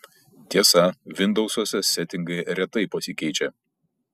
tiesa vindousuose setingai retai pasikeičia